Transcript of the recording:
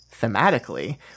thematically